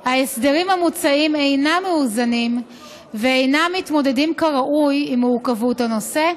ההסדרים המוצעים אינם מאוזנים ואינם מתמודדים כראוי עם מורכבות הנושא,